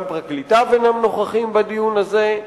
גם פרקליטיו אינם נוכחים בדיון הזה.